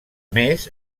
més